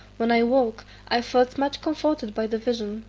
when i awoke i felt much comforted by the vision,